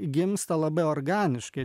gimsta labai organiškai